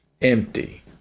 empty